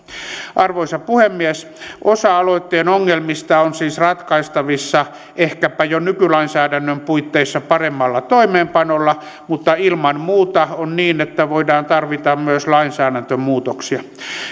arvoisa puhemies osa aloitteen ongelmista on siis ratkaistavissa ehkäpä jo nykylainsäädännön puitteissa paremmalla toimeenpanolla mutta ilman muuta on niin että voidaan tarvita myös lainsäädäntömuutoksia